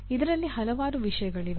ಇದರಲ್ಲಿ ಹಲವಾರು ವಿಷಯಗಳಿವೆ